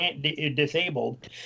disabled